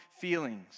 feelings